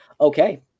Okay